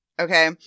Okay